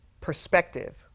perspective